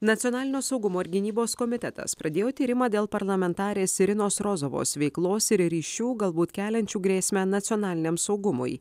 nacionalinio saugumo ir gynybos komitetas pradėjo tyrimą dėl parlamentarės irinos rozovos veiklos ir ryšių galbūt keliančių grėsmę nacionaliniam saugumui